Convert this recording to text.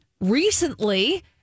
recently